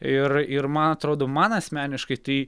ir ir man atrodo man asmeniškai tai